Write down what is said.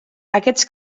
aquests